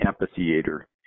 amphitheater